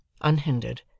unhindered